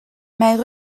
mijn